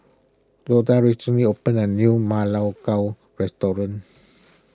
Loda recently opened a new Ma Lai Gao restaurant